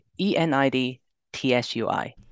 E-N-I-D-T-S-U-I